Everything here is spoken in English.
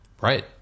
Right